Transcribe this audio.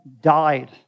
died